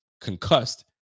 concussed